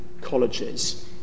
colleges